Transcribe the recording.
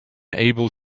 able